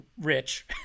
rich